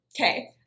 okay